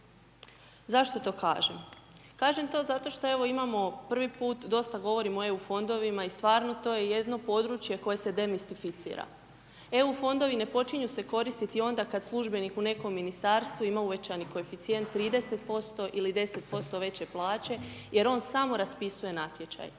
Zašto to kažem? Kažem to zato što, evo imamo prvi put, dosta govorimo o EU fondovima i stvarno to je jedno područje koje se demistificira. Eu fondovi ne počinju se koristiti onda kad službenik u nekom Ministarstvu ima uvećani koeficijent 30% ili 10% veće plaće, jer on samo raspisuje natječaj.